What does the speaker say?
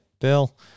bill